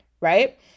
right